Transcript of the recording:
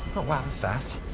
wow, that's fast.